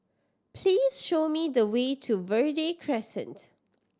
please show me the way to Verde Crescent